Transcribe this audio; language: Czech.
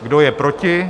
Kdo je proti?